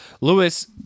Lewis